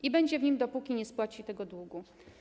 I będzie w nim, dopóki nie spłaci tego długu.